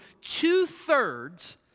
two-thirds